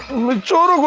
mucchad